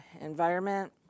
environment